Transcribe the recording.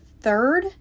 third